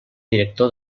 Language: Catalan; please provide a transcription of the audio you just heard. director